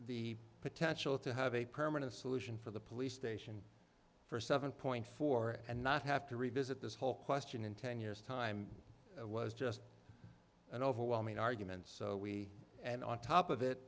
the potential to have a permanent solution for the police station for seven point four and not have to revisit this whole question in ten years time it was just an overwhelming argument so we and on top of it